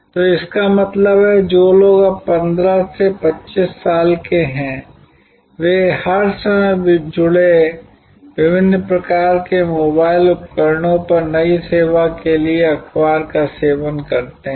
तो इसका मतलब है कि जो लोग अब 15 से 25 साल के हैं वे हर समय जुड़े विभिन्न प्रकार के मोबाइल उपकरणों पर नई सेवा के लिए अखबार का सेवन करते हैं